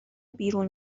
بیرون